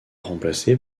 remplacé